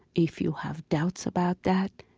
if you have doubts about that,